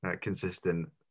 consistent